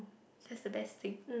that's the best thing